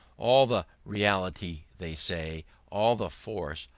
all the reality, they say, all the force,